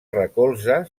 recolza